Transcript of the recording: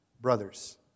Brothers